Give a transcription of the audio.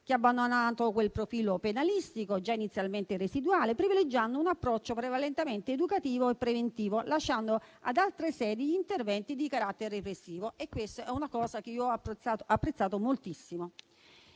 abbandonando il profilo penalistico, già inizialmente residuale, per privilegiare un approccio prevalentemente educativo e preventivo e lasciare ad altre sedi gli interventi di carattere repressivo (e questa è una cosa che ho apprezzato moltissimo).